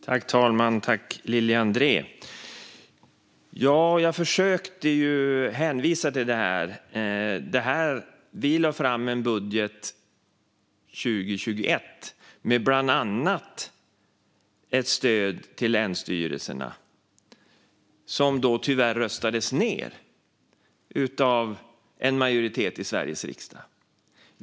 Herr talman! Tack, Lili André! Jag försökte hänvisa till detta. Vi lade fram en budget 2021 med bland annat ett stöd till länsstyrelserna, men den röstades tyvärr ned av en majoritet i Sveriges riksdag.